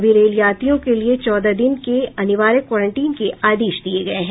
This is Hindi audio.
सभी रेल यात्रियों के लिए चौदह दिन के अनिवार्य क्वारेंटिन के आदेश दिये गये हैं